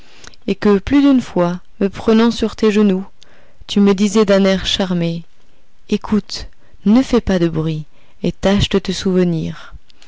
et que plus d'une fois me prenant sur tes genoux tu me disais d'un air charmé écoute ne fais pas de bruit et tâche de te souvenir